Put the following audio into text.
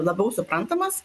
labiau suprantamas